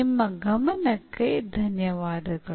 ನಿಮ್ಮ ಗಮನಕ್ಕೆ ಧನ್ಯವಾದಗಳು